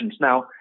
Now